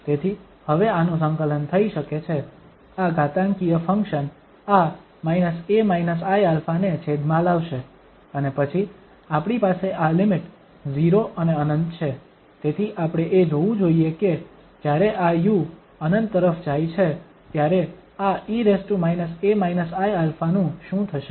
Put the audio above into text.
તેથી હવે આનું સંકલન થઈ શકે છે આ ઘાતાંકીય ફંક્શન આ a iα ને છેદમાં લાવશે અને પછી આપણી પાસે આ લિમિટ 0 અને ∞ છે તેથી આપણે એ જોવું જોઈએ કે જ્યારે આ u ∞ તરફ જાય છે ત્યારે આ e a iα નું શું થશે